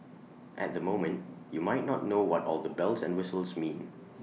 at the moment you might not know what all the bells and whistles mean